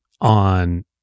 on